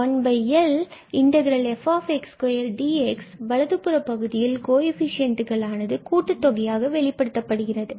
1L f2dx வலதுபுற பகுதியில் கோஎஃபிசியண்டுகள் ஆனது கூட்டுத் தொகையாக வெளிப்படுத்தப்படுகிறது